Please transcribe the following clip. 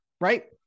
right